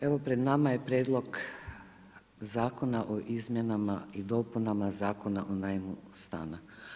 Evo, pred nama je Prijedlog zakona o izmjenama i dopunama Zakona o najmu stana.